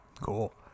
Cool